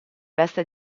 veste